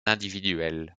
individuel